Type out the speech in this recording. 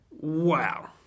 Wow